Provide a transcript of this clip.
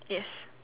yes